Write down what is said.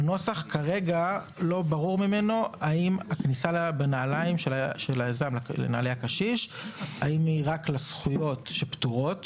לא ברור מהנוסח האם הכניסה של היזם בנעלי הקשיש היא רק לזכויות שפטורות